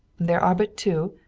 there are but two.